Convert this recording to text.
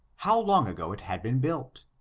how long ago it had been built.